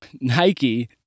Nike